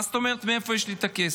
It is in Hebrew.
מה זאת אומרת מאיפה יש לי כסף?